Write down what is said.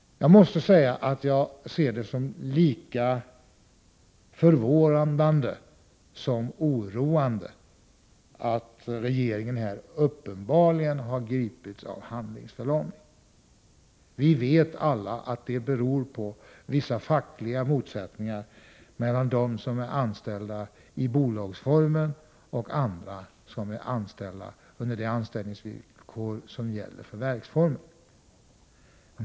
Jag måste säga att jag uppfattar det lika förvånande som oroande att regeringen här uppenbarligen har gripits av handlingsförlamning. Vi vet alla att det beror på att det finns fackliga motsättningar mellan dem som är anställda i bolagsformen och andra med anställningsvillkor som gäller för verksformen.